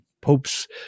Pope's